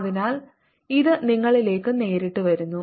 അതിനാൽ ഇത് നിങ്ങളിലേക്ക് നേരിട്ട് വരുന്നു